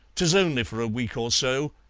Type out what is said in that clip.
tis only for a week or so,